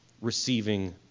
receiving